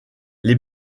les